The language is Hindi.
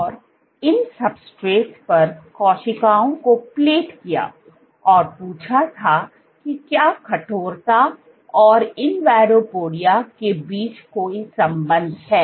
और उसने इन सबस्ट्रेट्स पर कोशिकाओं को प्लेट किया और पूछा कि क्या कठोरता और इनवॉडोपोडिया के बीच कोई संबंध है